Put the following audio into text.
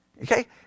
Okay